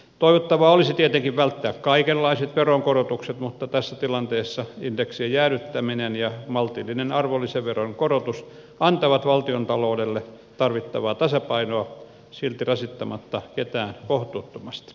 toivottavaa olisi tietenkin välttää kaikenlaiset veronkorotukset mutta tässä tilanteessa indeksien jäädyttäminen ja maltillinen arvonlisäveron korotus antavat valtiontaloudelle tarvittavaa tasapainoa silti rasittamatta ketään kohtuuttomasti